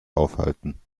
aufhalten